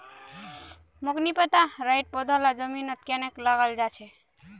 मोक नी पता राइर पौधा लाक केन न जमीनत लगा छेक